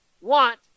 want